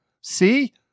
see